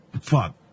Fuck